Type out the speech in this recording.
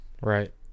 Right